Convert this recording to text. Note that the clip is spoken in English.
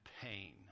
pain